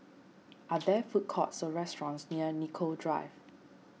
are there food courts or restaurants near Nicoll Drive